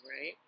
right